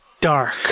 dark